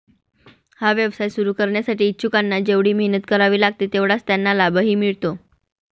हा व्यवसाय सुरू करण्यासाठी इच्छुकांना जेवढी मेहनत करावी लागते तेवढाच त्यांना लाभही मिळतो